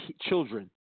children